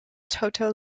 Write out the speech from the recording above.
toto